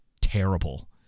terrible